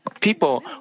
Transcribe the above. people